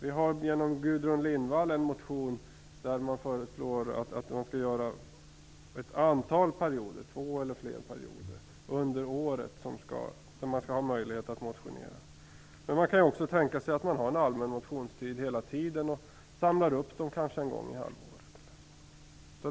Vi har genom Gudrun Lindvall en motion där vi föreslår ett antal perioder - två eller flera - under året, då man skall ha möjlighet att motionera. Man kan också tänka sig en allmän motionstid som pågår hela tiden och samlar upp motionerna en gång i halvåret eller så.